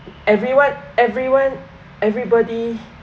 everyone everyone everybody